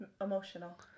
Emotional